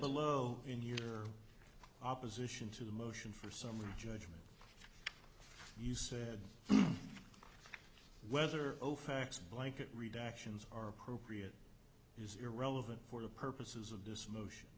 below in your opposition to the motion for summary judgment you said whether over facts blanket reductions are appropriate is irrelevant for the purposes of this motion